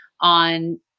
on